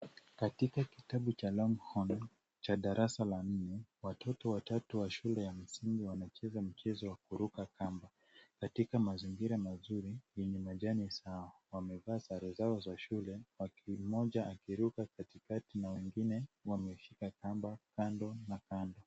Katika kitabu cha Longhorn cha darasa la nne, watoto watatu wa shule ya msingi wanacheza mchezo wa kuruka kamba katika mazingira mazuri yenye majani sawa, wamevaa sare zao za shule huku mmoja akiruka katikati na wengine wameshika kamba kando na kando.